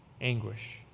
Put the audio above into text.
anguish